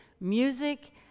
music